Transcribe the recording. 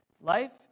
life